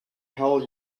hell